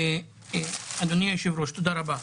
אדוני היושב-ראש, תודה רבה.